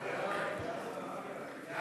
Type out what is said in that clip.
ההצעה להעביר את הצעת חוק התקשורת (בזק ושידורים) (תיקון,